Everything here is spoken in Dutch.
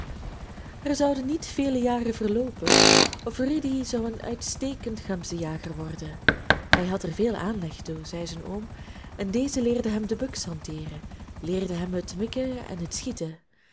er zouden niet vele jaren verloopen of rudy zou een uitstekend gemzenjager worden hij had er veel aanleg toe zei zijn oom en deze leerde hem de buks hanteeren leerde hem het mikken en het schieten